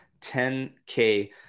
10K